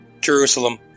Jerusalem